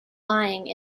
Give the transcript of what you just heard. lying